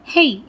Hey